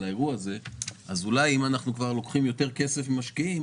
אולי אם לוקחים יותר כסף ממשקיעים,